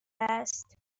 است